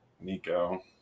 Nico